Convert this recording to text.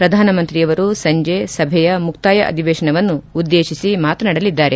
ಪ್ರಧಾನಮಂತ್ರಿ ಅವರು ಸಂಜೆ ಸಭೆಯ ಮುಕ್ತಾಯ ಅಧಿವೇಶನವನ್ನು ಉದ್ದೇಶಿಸಿ ಮಾತನಾಡಲಿದ್ದಾರೆ